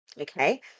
Okay